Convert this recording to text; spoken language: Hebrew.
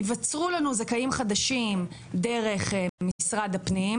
ייווצרו לנו זכאים חדשים דרך משרד הפנים,